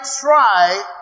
try